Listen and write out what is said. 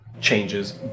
changes